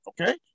Okay